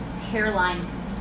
hairline